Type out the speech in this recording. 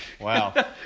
Wow